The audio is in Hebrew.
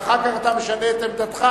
ואחר כך אתה משנה את עמדתך.